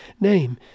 name